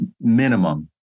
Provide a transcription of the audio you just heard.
minimum